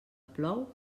plou